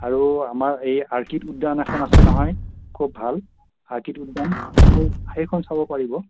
আৰু আমাৰ এই আৰ্কিড উদ্যান এখন আছে নহয় খুব ভাল আৰ্কিড উদ্যান অ' সেই সেইখন চাব পৰিব